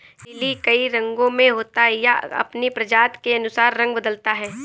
lily कई रंगो में होता है, यह अपनी प्रजाति के अनुसार रंग बदलता है